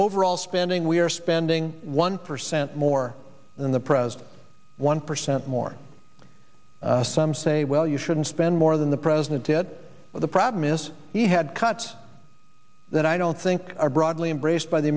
overall spending we're spending one percent more than the president one percent more some say well you shouldn't spend more than the president that but the problem is he had cuts that i don't think are broadly embraced by the